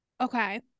okay